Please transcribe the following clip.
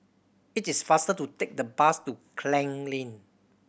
it is faster to take the bus to Klang Lane